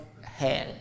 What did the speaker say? hell